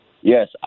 Yes